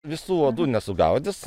visų uodų nesugaudysi